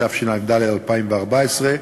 התשע"ד 2014,